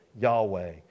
Yahweh